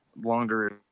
longer